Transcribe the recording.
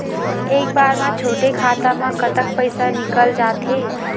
एक बार म छोटे खाता म कतक पैसा निकल जाथे?